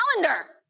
calendar